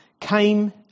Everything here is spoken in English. came